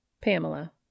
Pamela